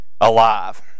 alive